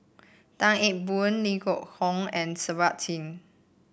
Tan Eng Bock Leo Hee Tong and Kirpal Singh